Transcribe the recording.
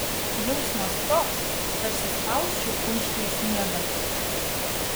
jausmas toks tarsi spausčiau kumštyje sniegą